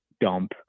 dump